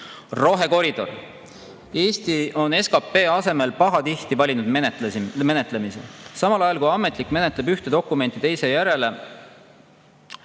Rohekoridor. Eesti on SKP asemel pahatihti valinud menetlemise. Ametnik menetleb ühte dokumenti teise järel,